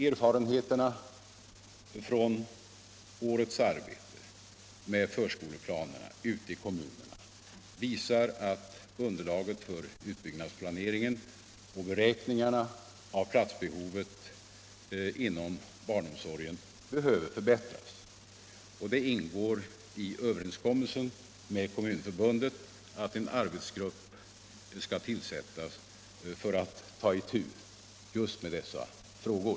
Erfarenheterna från årets arbete med förskoleplanerna ute i kommunerna visar att underlaget för utbyggnadsplaneringen och beräkningarna av platsbehovet inom barnomsorgen behöver förbättras. Det ingår i överenskommelsen med Kommunförbundet att en arbetsgrupp skall tillsättas för att ta itu just med dessa frågor.